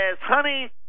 Honey